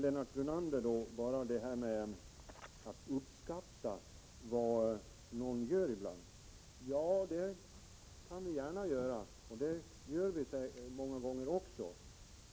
Lennart Brunander tyckte att vi ibland kunde uppskatta vad någon gör. Det kan vi gärna göra och gör det många gånger också.